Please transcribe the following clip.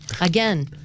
Again